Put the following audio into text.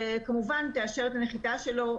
שתאשר את הנחיתה שלו.